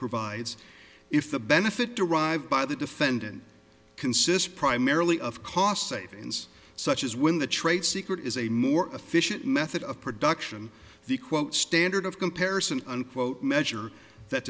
provides if the benefit derived by the defendant consists primarily of cost savings such as when the trade secret is a more efficient method of production the quote standard of comparison unquote measure that